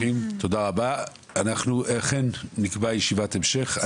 אנחנו אכן נקבע ישיבת המשך.